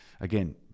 again